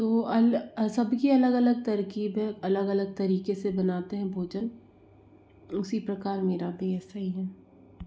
तो अल सबकी अलग अलग तरकीबें अलग अलग तरीके से बनाते हैं भोजन उसी प्रकार मेरा भी ऐसा ही है